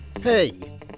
Hey